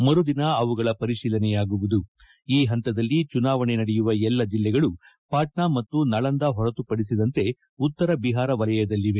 ಮರುದಿನ ಅವುಗಳ ಪರಿಶೀಲನೆಯಾಗುವುದು ಈ ಹಂತದಲ್ಲಿ ಚುನಾವಣೆ ನಡೆಯುವ ಎಲ್ಲ ಜಿಲ್ಲೆಗಳು ಪಾಟ್ನ ಮತ್ತು ನಳಂದ ಹೊರತುಪಡಿಸಿದಂತೆ ಉತ್ತರ ಬಿಹಾರ ವಲಯದಲ್ಲಿವೆ